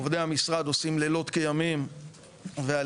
עובדי המשרד עושים לילות כימים והעלייה